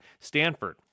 Stanford